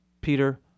Peter